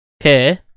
okay